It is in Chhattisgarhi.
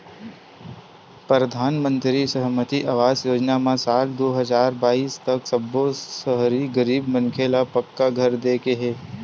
परधानमंतरी सहरी आवास योजना म साल दू हजार बाइस तक सब्बो सहरी गरीब मनखे ल पक्का घर दे के हे